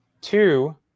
Two